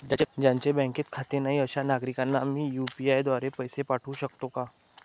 ज्यांचे बँकेत खाते नाही अशा नागरीकांना मी यू.पी.आय द्वारे पैसे पाठवू शकतो का?